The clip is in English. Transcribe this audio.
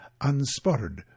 unspotted